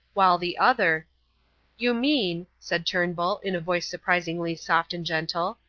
while the other you mean, said turnbull, in a voice surprisingly soft and gentle,